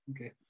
Okay